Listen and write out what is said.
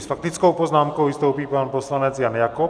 S faktickou poznámkou vystoupí pan poslanec Jan Jakob.